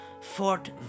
Fort